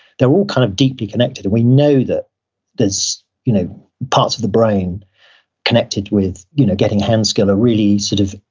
they're all kind of deeply connected and we know that there's you know parts of the brain connected with you know getting hand skill, or really sort of,